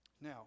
Now